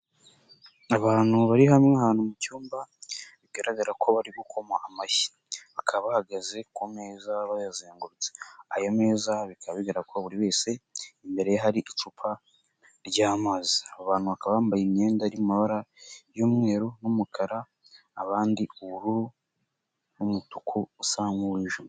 Abantu bari hamwe ahantu mu cyumba, bigaragara ko bari gukoma amashyi, bakaba bahagaze ku meza bayazengurutse, ayo meza bikaba bigaragara ko buri wese imbere ye hari icupa ry'amazi, abo bantu bakaba bambaye imyenda iri mabara y'umweru n'umukara, abandi ubururu n'umutuku usa nk'uwijimye.